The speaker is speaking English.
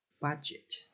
Budget